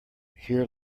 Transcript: here